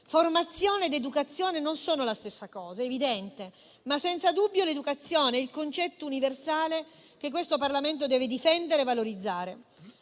Formazione ed educazione non sono la stessa cosa, è evidente. Senza dubbio, l'educazione è il concetto universale che questo Parlamento deve difendere e valorizzare.